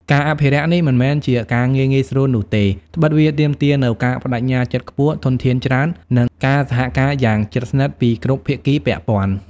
ការអភិរក្សនេះ មិនមែនជាការងារងាយស្រួលនោះទេ ត្បិតវាទាមទារនូវការប្តេជ្ញាចិត្តខ្ពស់ ធនធានច្រើន និងការសហការយ៉ាងជិតស្និទ្ធពីគ្រប់ភាគីពាក់ព័ន្ធ។